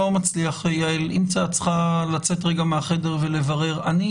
יעל, אם את צריכה לצאת לרגע מהחדר ולברר, בבקשה.